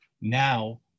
Now